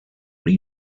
are